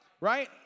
Right